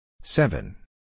Seven